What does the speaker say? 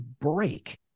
break